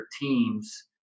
teams